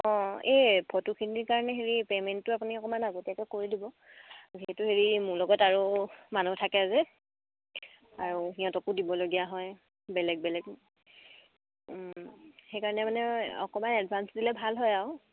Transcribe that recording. অঁ এই ফটোখিনিৰ কাৰণে হেৰি পে'মেণ্টটো আপুনি অকণমান আগতীয়াকে কৰি দিব যিহেতু হেৰি মোৰ লগত আৰু মানুহ থাকে যে আৰু সিহঁতকো দিবলগীয়া হয় বেলেগ বেলেগ সেইকাৰণে মানে অকমান এডভান্স দিলে ভাল হয় আৰু